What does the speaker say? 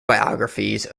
biographies